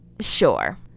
sure